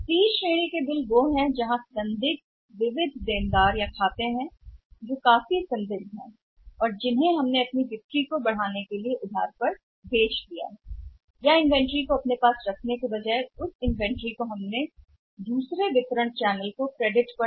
बिलों की सी श्रेणी वे हैं जहां संदिग्ध खाते प्राप्य या विविध देनदार हैं जो काफी संदिग्ध हैं कि हमने किसी को अधिकतम करने की स्थिति में क्रेडिट पर बेच दिया है बिक्री इन्वेंट्री को रखने के अलावा हमारे साथ है जो हम उस इन्वेंट्री में कुछ को पारित कर चुके हैं वितरण चैनल क्रेडिट पर